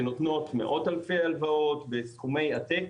שנותנות מאות אלפי הלוואות בסכומי עתק